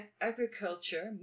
agriculture